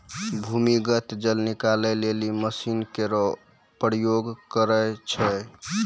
भूमीगत जल निकाले लेलि मसीन केरो प्रयोग करै छै